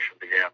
began